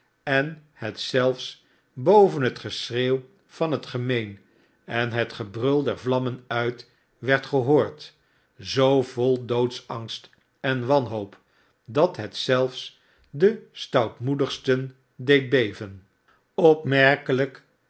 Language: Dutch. en het zelts boven het geschreeuw van het gemeen en het gebrul der vlammen uit werd gehoord zoo vol doodsangst en wanhoop dat het zelts de stoutmoedigsten deed beven